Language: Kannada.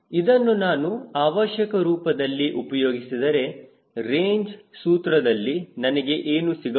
ಇದನ್ನು ನಾನು ಅವಶ್ಯಕ ರೂಪದಲ್ಲಿ ಉಪಯೋಗಿಸಿದರೆ ರೇಂಜ್ ಸೂತ್ರದಲ್ಲಿ ನನಗೆ ಏನು ಸಿಗಬಹುದು